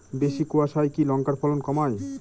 বেশি কোয়াশায় কি লঙ্কার ফলন কমায়?